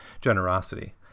generosity